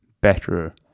better